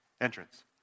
entrance